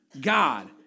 God